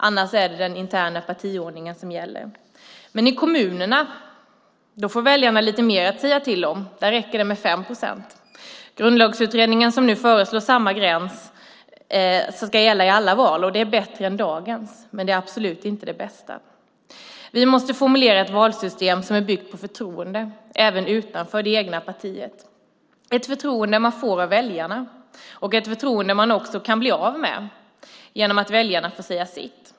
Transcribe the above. Annars är det den interna partiordningen som gäller. Men i kommunerna får väljarna lite mer att säga till om. Där räcker det med 5 procent. Grundlagsutredningen säger nu i sitt förslag att samma gräns ska gälla i alla val. Det är bättre än dagens system men absolut inte det bästa. Vi måste formulera ett valsystem som är byggt på förtroende, även utanför det egna partiet - ett förtroende man får av väljarna men också ett förtroende som man kan bli av med genom att väljarna får säga sitt.